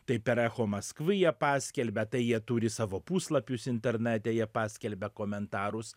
tai per echo maskvi jie paskelbia tai jie turi savo puslapius internete jie paskelbia komentarus